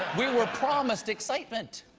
we were promised excitement!